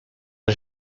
est